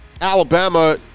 Alabama